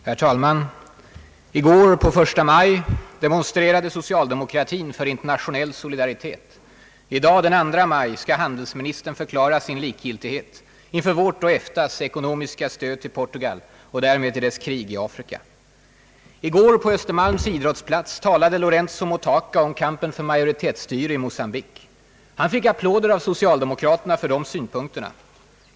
Herr talman! I går den 1 maj demonstrerade socialdemokratin för internationell solidaritet. I dag den 2 maj förklarar handelsministern sin likgiltighet inför vårt och EFTA:s ekonomiska stöd till Portugal och därmed till dess krig i Afrika. I går på Östermalms idrottsplats talade Lorenco Motaca om kampen för majoritetsstyre i Mocambique. Han fick applåder av socialdemokraterna för de synpunkterna.